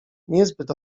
niezbyt